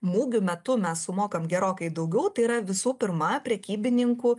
mugių metu mes sumokam gerokai daugiau tai yra visų pirma prekybininkų